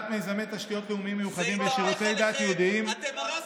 מטעם סיעת יש עתיד חברות הכנסת יסמין פרידמן ומירב בן ארי.